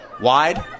Wide